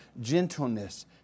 gentleness